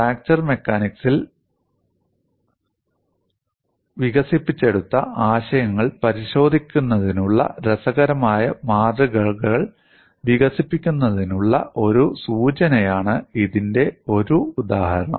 fracture മെക്കാനിക്സിൽ വികസിപ്പിച്ചെടുത്ത ആശയങ്ങൾ പരിശോധിക്കുന്നതിനുള്ള രസകരമായ മാതൃകകൾ വികസിപ്പിക്കുന്നതിനുള്ള ഒരു സൂചനയാണ് ഇതിന്റെ ഒരു ഉദാഹരണം